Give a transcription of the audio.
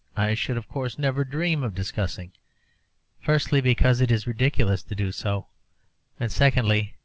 i should, of course, never dream of discussing firstly, because it is ridiculous to do so and, secondly,